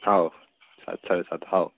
हो सात साडेसात हो